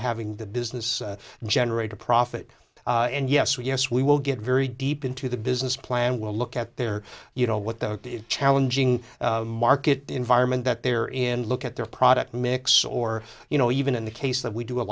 having the business generate a profit and yes yes we will get very deep into the business plan will look at their you know what their challenging market environment that they're in and look at their product mix or you know even in the case that we do a